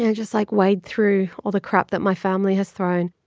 yeah just like wade through all the crap that my family has thrown